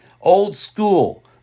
old-school